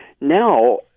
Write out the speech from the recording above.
now